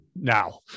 now